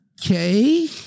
okay